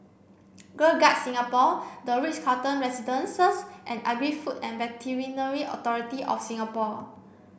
Girl Guides Singapore The Ritz Carlton Residences and Agri Food and Veterinary Authority of Singapore